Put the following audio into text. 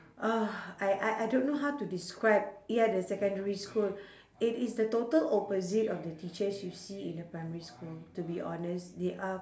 uh I I I don't know how to describe ya the secondary school it is the total opposite of the teachers you see in the primary school to be honest they are